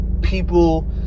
people